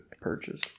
purchase